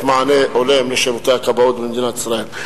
מענה הולם לשירותי הכבאות במדינת ישראל.